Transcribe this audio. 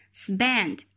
spend